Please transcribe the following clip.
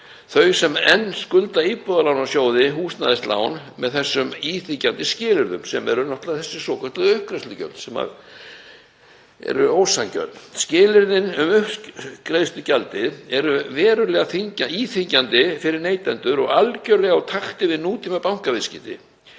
þau sem enn skulda Íbúðalánasjóði húsnæðislán með þessum íþyngjandi skilyrðum, sem eru náttúrlega þessi svokölluðu uppgreiðslugjöld, sem eru ósanngjörn. Skilyrðin um uppgreiðslugjaldið eru verulega íþyngjandi fyrir neytendur og algerlega úr takti við nútímabankaviðskipti.